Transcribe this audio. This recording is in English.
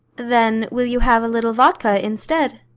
then will you have a little vodka instead?